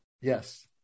Yes